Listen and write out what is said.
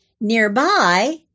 Nearby